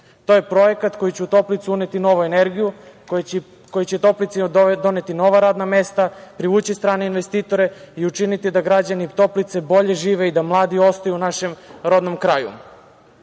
To je projekat koji će u Toplicu uneti novu energiju, koji će Toplici doneti nova radna mesta, privući strane investitore i učiniti da građani Toplice bolje žive i da mladi ostanu u našem rodnom kraju. Velika